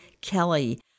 Kelly